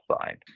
side